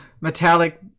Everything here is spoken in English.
metallic